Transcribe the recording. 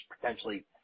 potentially